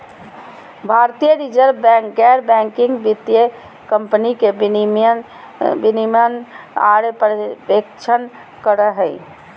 भारतीय reserve bank गैर banking वित्तीय कम्पनी के विनियमन आर पर्यवेक्षण करो हय